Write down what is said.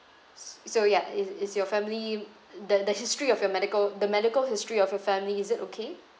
so ya is is your family the the history of your medical the medical history of your family is it okay